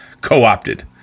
co-opted